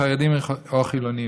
חרדים לחילונים.